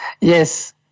Yes